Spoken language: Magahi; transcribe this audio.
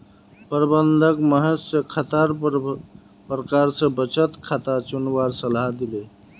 प्रबंधक महेश स खातार प्रकार स बचत खाता चुनवार सलाह दिले